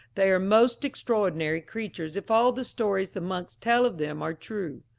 they are most extraordinary creatures, if all the stories the monks tell of them are true.